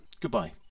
Goodbye